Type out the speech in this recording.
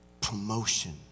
Promotion